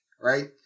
right